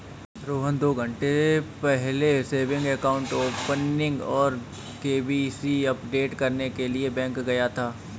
रोहन दो घन्टे पहले सेविंग अकाउंट ओपनिंग और के.वाई.सी अपडेट करने के लिए बैंक गया था